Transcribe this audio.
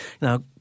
Now